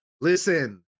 Listen